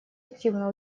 активно